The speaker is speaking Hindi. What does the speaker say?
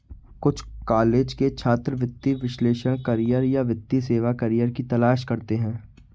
कुछ कॉलेज के छात्र वित्तीय विश्लेषक करियर या वित्तीय सेवा करियर की तलाश करते है